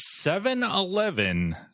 7-Eleven